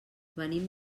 venim